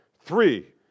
three